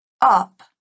up